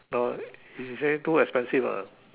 no is she say too expensive lah